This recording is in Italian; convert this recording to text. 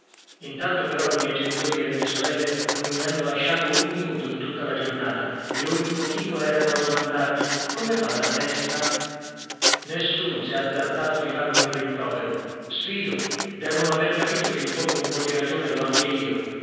intanto però i miei genitori e le mie sorelle non mi hanno lasciato un minuto in tutta la giornata e ogni pochino erano a domandarmi come va la testa nessuno s'è azzardato di farmi un rimprovero sfido devono aver capito che in fondo un po di ragione l'ho anche io